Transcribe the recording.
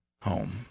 home